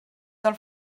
del